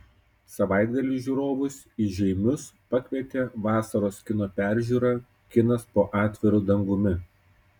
savaitgalį žiūrovus į žeimius pakvietė vasaros kino peržiūra kinas po atviru dangumi